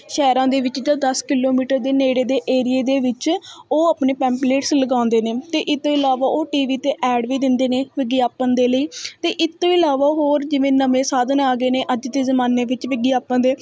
ਸ਼ਹਿਰਾਂ ਦੇ ਵਿੱਚ ਜਾਂ ਦਸ ਕਿਲੋਮੀਟਰ ਦੇ ਨੇੜੇ ਦੇ ਏਰੀਏ ਦੇ ਵਿੱਚ ਉਹ ਆਪਣੇ ਪੈਂਪਲੇਟਸ ਲਗਾਉਂਦੇ ਨੇ ਅਤੇ ਇਹ ਤੋਂ ਇਲਾਵਾ ਉਹ ਟੀਵੀ 'ਤੇ ਐਡ ਵੀ ਦਿੰਦੇ ਨੇ ਵਿਗਿਆਪਨ ਦੇ ਲਈ ਅਤੇ ਇਹ ਤੋਂ ਇਲਾਵਾ ਹੋਰ ਜਿਵੇਂ ਨਵੇਂ ਸਾਧਨ ਆ ਗਏ ਨੇ ਅੱਜ ਦੇ ਜ਼ਮਾਨੇ ਵਿੱਚ ਵਿਗਿਆਪਨ ਦੇ